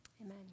amen